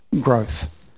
growth